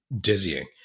dizzying